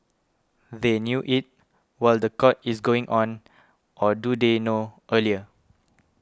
they knew it while the court is still going on or do they know earlier